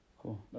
Cool